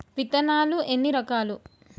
విత్తనాలు ఎన్ని రకాలు?